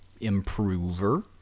improver